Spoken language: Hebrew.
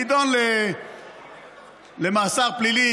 נידון למאסר פלילי,